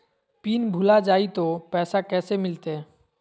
Pin भूला जाई तो पैसा कैसे मिलते?